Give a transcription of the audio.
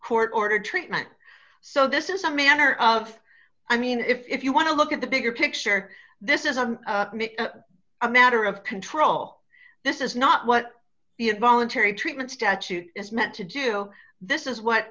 court ordered treatment so this is a manner of i mean if you want to look at the bigger picture this isn't a matter of control this is not what the involuntary treatment statute is meant to do this is what